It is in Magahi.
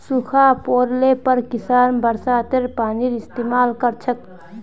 सूखा पोड़ले पर किसान बरसातेर पानीर इस्तेमाल कर छेक